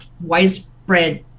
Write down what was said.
widespread